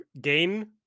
gain